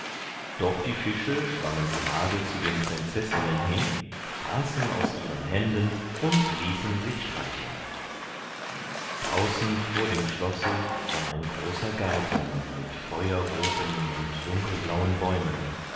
doch die fische schwammen gerade zu den prinzessinen hin fraßen aus ihren händen und ließen sich streicheln draußen vor dem schlosse war ein großer garten mit feuerroten und dunkelblauen bäumen